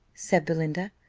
said belinda.